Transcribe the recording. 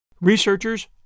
Researchers